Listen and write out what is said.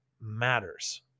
matters